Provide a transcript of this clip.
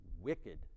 wicked